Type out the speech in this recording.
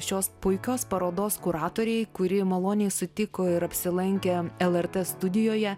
šios puikios parodos kuratorei kuri maloniai sutiko ir apsilankė lrt studijoje